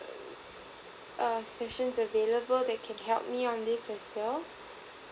err sessions available that can help me on this as well